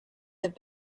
have